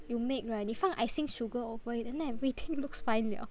you make right 你放 icing sugar over it then everything looks fine liao